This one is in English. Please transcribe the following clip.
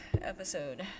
episode